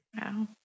Wow